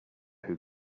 who